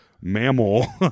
mammal